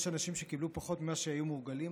יש אנשים שקיבלו פחות ממה שהיו מורגלים,